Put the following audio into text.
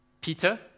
Peter